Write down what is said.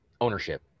Ownership